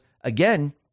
again